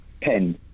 Pen